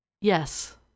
Yes